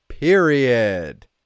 Period